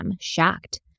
shocked